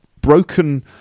broken